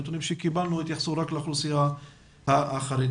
הנתונים שקיבלנו התייחסו רק לאוכלוסייה החרדית.